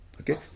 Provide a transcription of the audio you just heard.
Okay